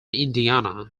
indiana